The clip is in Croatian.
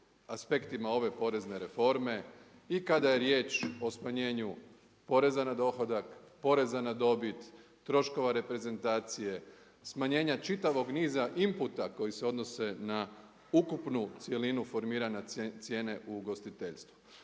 aspektima ove porezne reforme i kada je riječ o smanjenju poreza na dohodak, poreza na dobit, troškova reprezentacije, smanjenja čitavog niza imputa koji se odnose na ukupnu cjelinu formiranja cijene u ugostiteljstvu.